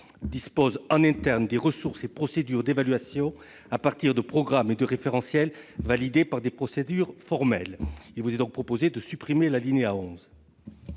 dispose en interne des ressources et procédures d'évaluation à partir de programmes et de référentiels validés par des procédures formelles. Il vous est donc proposé de supprimer l'alinéa 11.